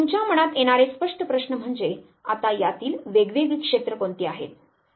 तुमच्या मनात येणारे स्पष्ट प्रश्न म्हणजे आता यातील वेगवेगळी क्षेत्रे कोणती आहेत